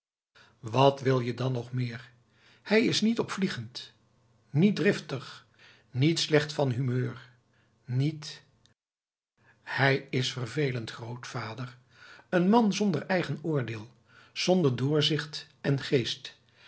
wat wil je dan nog meer hij is niet opvliegend niet driftig niet slecht van humeur niet hij is vervelend grootvader een man zonder eigen oordeel zonder doorzicht en geest